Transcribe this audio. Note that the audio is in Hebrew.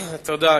תודה.